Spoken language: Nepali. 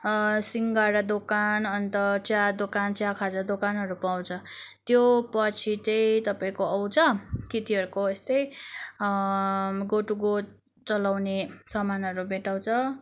सिङ्गडा दोकान अन्त चिया दोकान चिया खाजा दोकानहरू पाउँछ त्योपछि चाहिँ तपाईँको आउँछ केटीहरूको यस्तै गो टु गो चलाउने सामानहरू भेटाउँछ